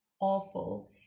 awful